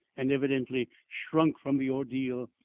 and evidently shrunk from the ordeal,